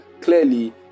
clearly